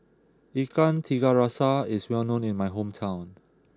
Ikan Tiga Rasa is well known in my hometown